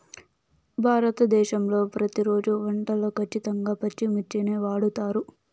భారతదేశంలో ప్రతిరోజు వంటల్లో ఖచ్చితంగా పచ్చిమిర్చిని వాడుతారు